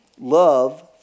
Love